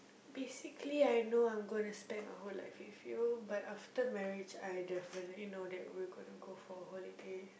basically I know I'm gonna spend my whole life with you but after marriage I definitely know that we're gonna go for holiday